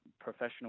professional